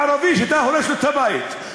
הערבי שאתה הורס לו את הבית,